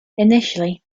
initially